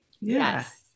Yes